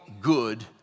good